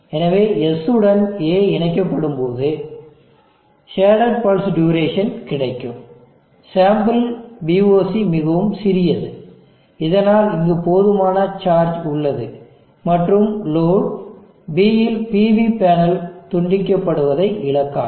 எனவே S உடன் A இணைக்கப்படும்போது ஃசேடட் பல்ஸ் டுயூரேஷன் கிடைக்கும் சாம்பிள் voc மிகவும் சிறியது இதனால் இங்கு போதுமான சார்ஜ் உள்ளது மற்றும் லோடு B இல் PV பேனல் துண்டிக்கப்படுவதை இழக்காது